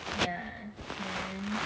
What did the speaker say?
ya then